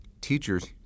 teachers